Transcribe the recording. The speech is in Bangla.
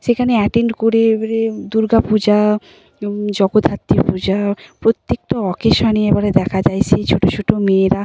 সেখানে অ্যাটেন্ড করে এবারে দুর্গা পূজা জগদ্ধাত্রী পূজা প্রত্যেকটা অকেশনে এবারে দেখা যায় সেই ছোটো ছোটো মেয়েরা